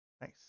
Nice